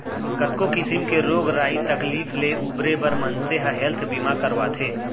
कतको किसिम के रोग राई तकलीफ ले उबरे बर मनसे ह हेल्थ बीमा करवाथे